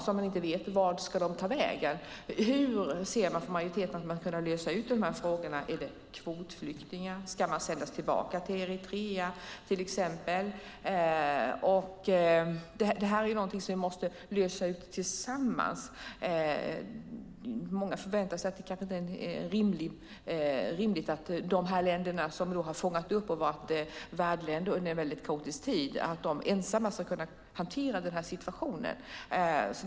Man vet inte vart de ska ta vägen. Hur ser man från majoriteten på hur man ska kunna lösa de här frågorna? Är det kvotflyktingar? Ska de sändas tillbaka till exempelvis Eritrea? Detta är något som vi måste lösa tillsammans. Många förväntar sig att det kanske inte ska anses vara rimligt att de länder som har fångat upp detta och varit värdländer under en väldigt kaotisk tid ensamma ska kunna hantera denna situation.